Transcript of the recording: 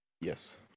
Yes